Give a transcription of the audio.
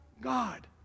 God